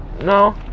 No